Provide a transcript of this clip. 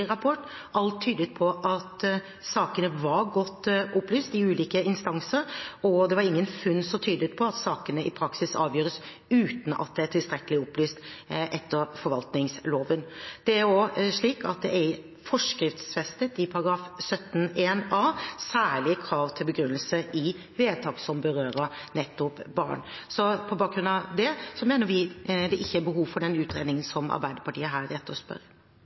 rapport. Alt tydet på at sakene var godt opplyst i ulike instanser, og det var ingen funn som tydet på at sakene i praksis avgjøres uten at det er tilstrekkelig opplyst etter forvaltningsloven. Det er også slik at det er forskriftsfestet i § 17-1a særlige krav til begrunnelse i vedtak som berører nettopp barn. På bakgrunn av det mener vi det ikke er behov for den utredningen som Arbeiderpartiet her etterspør. Det kan være fint å